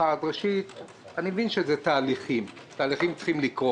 אני מבין שמדובר בתהליכים ותהליכים צריכים זמן,